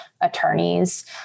attorneys